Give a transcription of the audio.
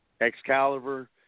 Excalibur